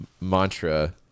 mantra